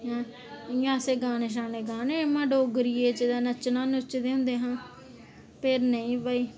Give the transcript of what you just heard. इंया असें गाने गाने डोगरियै च ते नच्चना इंया नचदे होंदे हे ते फिर नेईं भई